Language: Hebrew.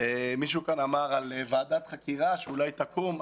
מישהו כאן אמר על ועדת חקירה שאולי תקום.